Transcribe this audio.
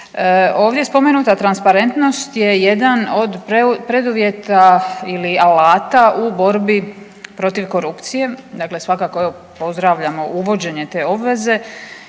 Ovdje spomenuta transparentnost je jedan od preduvjeta ili alata u borbi protiv korupcije, dakle svakako evo pozdravljamo uvođenje te obveze